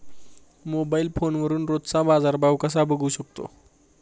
Mobile फोनवरून रोजचा बाजारभाव कसा बघू शकतो?